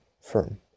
firm